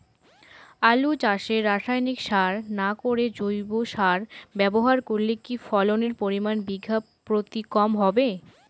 আলু চাষে রাসায়নিক সার না করে জৈব সার ব্যবহার করলে কি ফলনের পরিমান বিঘা প্রতি কম হবে?